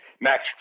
Max